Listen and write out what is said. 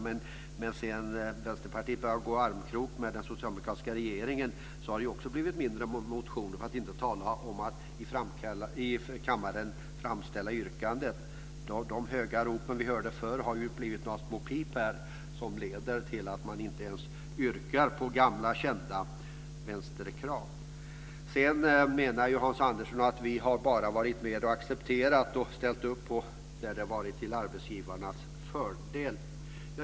Men sedan Vänsterpartiet började gå armkrok med den socialdemokratiska regeringen har det också blivit mindre med motioner, för att inte tala om att i kammaren framställa yrkanden. De höga rop vi hörde förr har blivit några små pip som leder till att man inte ens yrkar på gamla kända vänsterkrav. Sedan menar Hans Andersson att vi bara har accepterat och ställt upp där det har varit till arbetsgivarnas fördel.